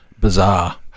Bizarre